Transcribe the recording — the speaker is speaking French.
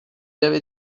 avait